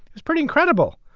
it's pretty incredible.